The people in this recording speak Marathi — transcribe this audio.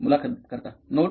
मुलाखत कर्ता नोट